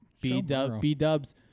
B-dubs